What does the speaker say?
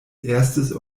erstes